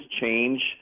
change